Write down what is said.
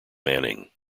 manning